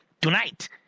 tonight